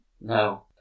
No